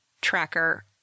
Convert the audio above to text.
tracker